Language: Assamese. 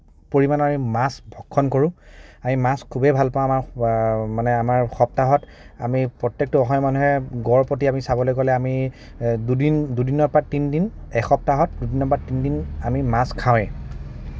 পৰিমাণৰ আমি মাছ ভক্ষণ কৰোঁ আমি মাছ খুবেই ভাল পাওঁ মানে আমাৰ সপ্তাহত আমি প্ৰত্য়েকটো অসমীয়া মানুহে গড় প্ৰতি আমি চাবলৈ গ'লে আমি দুদিন দুদিনৰ পৰা তিনিদিন এসপ্তাহত দুদিনৰ পৰা তিনিদিন আমি মাছ খাওঁয়েই